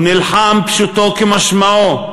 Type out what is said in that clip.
הוא נלחם, פשוטו כמשמעו,